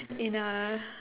in a